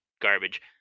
garbage